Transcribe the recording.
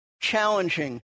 challenging